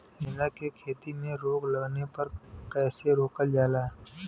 गेंदा की खेती में रोग लगने पर कैसे रोकल जाला?